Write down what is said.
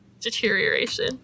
deterioration